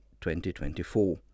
2024